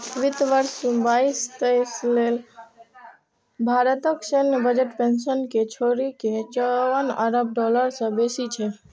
वित्त वर्ष बाईस तेइस लेल भारतक सैन्य बजट पेंशन कें छोड़ि के चौवन अरब डॉलर सं बेसी छै